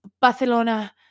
Barcelona